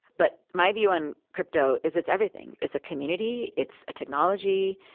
but my view on crypto is it's everything. it's a community. it's a technology.